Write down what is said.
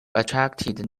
attracted